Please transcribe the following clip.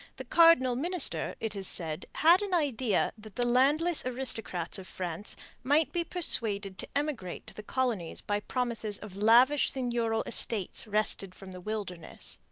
the cardinal minister, it is said, had an idea that the landless aristocrats of france might be persuaded to emigrate to the colonies by promises of lavish seigneurial estates wrested from the wilderness.